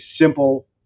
simple